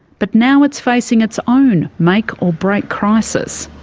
but now it's facing its own make or break crisis.